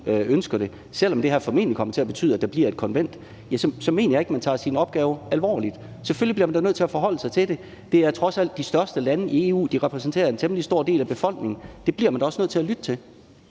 ønsker det, selv om det her formentlig vil komme til at betyde, at der bliver et konvent, så ikke mener, at man tager sin opgave alvorligt. Selvfølgelig bliver man da nødt til at forholde sig til det. Det er trods alt de største lande i EU – de repræsenterer en temmelig stor del af befolkningen – og det bliver man da også nødt til at lytte til.